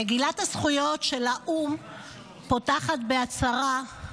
מגילת הזכויות של האו"ם פותחת בהצהרה: